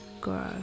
grow